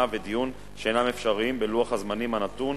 ודיון שאינם אפשריים בלוח הזמנים הנתון,